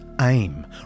aim